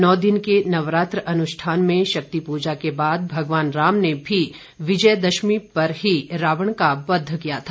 नौ दिन के नवरात्र अनुष्ठान में शक्ति पूजा के बाद भगवान राम ने भी विजयादशमी पर ही रावण का वध किया था